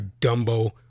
Dumbo